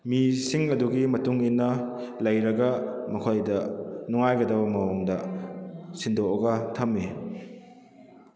ꯃꯤꯁꯤꯡ ꯑꯗꯨꯒꯤ ꯃꯇꯨꯡ ꯏꯟꯅ ꯂꯩꯔꯒ ꯃꯈꯣꯏꯗ ꯅꯨꯡꯉꯥꯏꯒꯗꯕ ꯃꯑꯣꯡꯗ ꯁꯤꯟꯗꯣꯛꯑꯒ ꯊꯝꯃꯤ